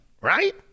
right